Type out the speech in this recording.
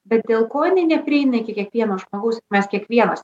bet dėl ko jinai neprieina iki kiekvieno žmogaus mes kiekvienas